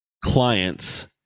clients